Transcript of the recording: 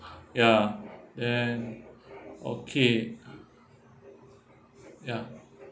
ya then okay ya